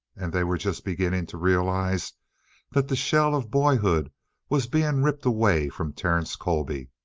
and they were just beginning to realize that the shell of boyhood was being ripped away from terence colby.